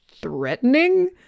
threatening